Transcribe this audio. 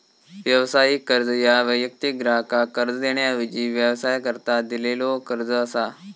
व्यावसायिक कर्ज ह्या वैयक्तिक ग्राहकाक कर्ज देण्याऐवजी व्यवसायाकरता दिलेलो कर्ज असा